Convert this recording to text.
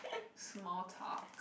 small talk